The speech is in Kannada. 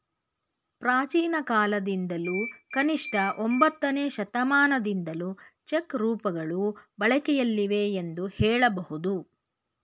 ಪ್ರಾಚೀನಕಾಲದಿಂದಲೂ ಕನಿಷ್ಠ ಒಂಬತ್ತನೇ ಶತಮಾನದಿಂದಲೂ ಚೆಕ್ ರೂಪಗಳು ಬಳಕೆಯಲ್ಲಿವೆ ಎಂದು ಹೇಳಬಹುದು